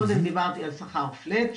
קודם דיברתי על שכר פלט,